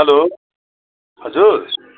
हलो हजुर